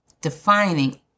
defining